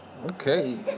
Okay